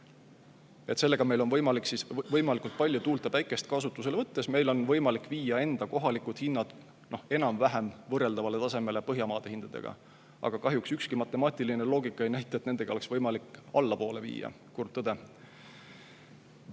Sellega, võimalikult palju tuult ja päikest kasutusele võttes, me saame viia enda kohalikud hinnad enam-vähem võrreldavale tasemele Põhjamaade hindadega. Aga kahjuks ükski matemaatiline loogika ei näita, et nendega oleks võimalik hinda allapoole viia,